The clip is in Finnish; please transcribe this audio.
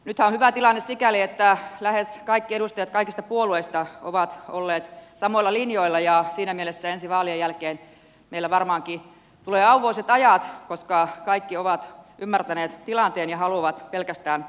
nythän on hyvä tilanne sikäli että lähes kaikki edustajat kaikista puolueista ovat olleet samoilla linjoilla ja siinä mielessä ensi vaalien jälkeen meillä varmaankin tulee auvoisat ajat koska kaikki ovat ymmärtäneet tilanteen ja haluavat pelkästään hyvää